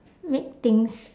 make things